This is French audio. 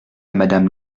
madame